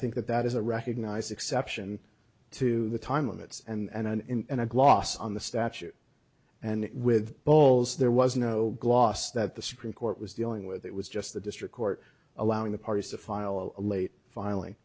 think that that is a recognized exception to the time limits and an in a glossy on the statute and with balls there was no gloss that the supreme court was dealing with it was just the district court allowing the parties to file a late filing